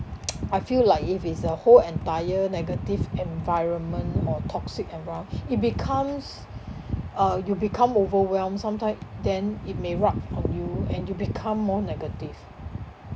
I feel like if it's a whole entire negative environment or toxic and rough it becomes uh you'll become overwhelmed sometime then it may rub on you and you become more negative